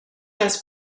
das